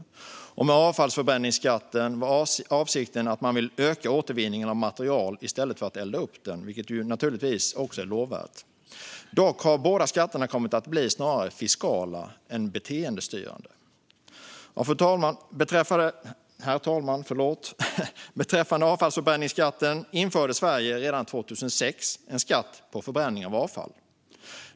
Med avfallsförbränningsskatten var avsikten att öka återvinningen av material i stället för att elda upp det, vilket naturligtvis också är lovvärt. Dock har båda dessa skatter kommit att bli fiskala snarare än beteendestyrande. Herr talman! Beträffande avfallsförbränningsskatten införde Sverige redan 2006 en skatt på förbränning av avfall.